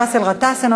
חבר הכנסת באסל גטאס,